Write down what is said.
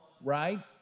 right